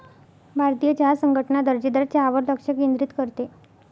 भारतीय चहा संघटना दर्जेदार चहावर लक्ष केंद्रित करते